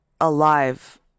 alive